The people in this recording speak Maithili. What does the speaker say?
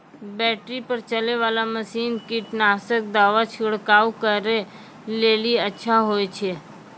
बैटरी पर चलै वाला मसीन कीटनासक दवा छिड़काव करै लेली अच्छा होय छै?